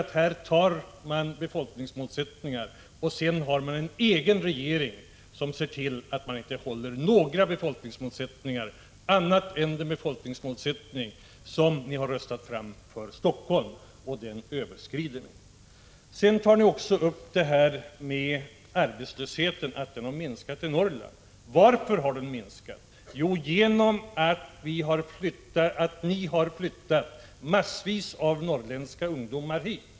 Jo, här har det satts upp befolkningsmålsättningar, och sedan ser deras egen regering till att man inte håller någon annan målsättning än den för Helsingforss län — den överskrids t.o.m. Arbetslösheten har minskat i Norrland, säger Lars Ulander. Varför har den minskat? Jo, genom att ni har flyttat massvis av norrländska ungdomar hit.